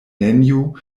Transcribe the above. neniu